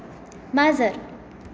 माजर